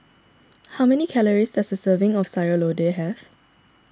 how many calories does a serving of Sayur Lodeh have